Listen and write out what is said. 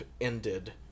ended